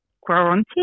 quarantine